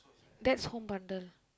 that's home bundle